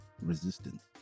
resistance